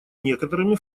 некоторыми